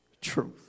truth